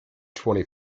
twenty